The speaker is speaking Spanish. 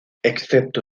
excepto